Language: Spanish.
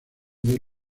del